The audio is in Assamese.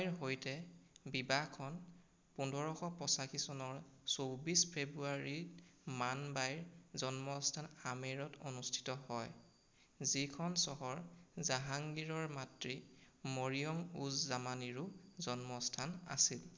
মান বাইৰ সৈতে বিবাহখন পোন্ধৰশ পঁছাশী চনৰ চৌবিছ ফেব্ৰুৱাৰীত মান বাইৰ জন্মস্থান আমেৰত অনুস্থিত হয় যিখন চহৰ জাহাংগীৰৰ মাতৃ মৰিয়াম উজ জামানীৰো জন্মস্থান আছিল